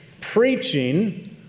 preaching